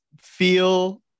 feel